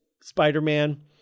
Spider-Man